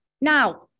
Now